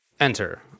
enter